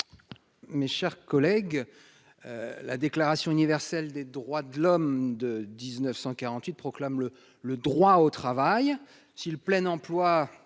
mes chers collègues, la déclaration universelle des droits de l'homme de 1948 proclame le le droit au travail,